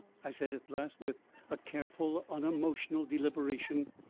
i said at last, with a careful unemotional deliberation.